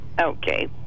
Okay